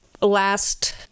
last